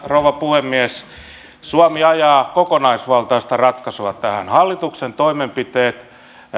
rouva puhemies suomi ajaa kokonaisvaltaista ratkaisua tähän hallituksen toimenpiteet